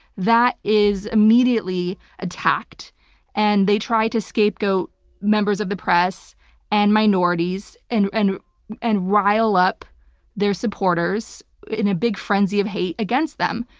that is immediately attacked and they try to scapegoat members of the press and minorities and and and rile up their supporters in a big frenzy of hate against them.